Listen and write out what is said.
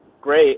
great